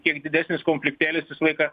kiek didesnis konfliktėlis visą laiką